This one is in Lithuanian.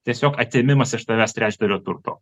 tiesiog atėmimas iš tavęs trečdalio turto